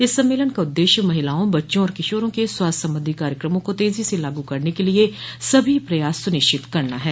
इस सम्मेलन का उद्देश्य महिलाओं बच्चों और किशोरों के स्वास्थ्य संबंधी कार्यक्रमों को तेजो से लागू करने के लिए सभी प्रयास सुनिश्चित करना है